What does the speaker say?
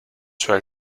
cioè